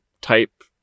type